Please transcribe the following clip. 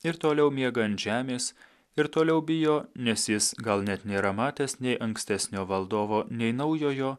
ir toliau miega ant žemės ir toliau bijo nes jis gal net nėra matęs nei ankstesnio valdovo nei naujojo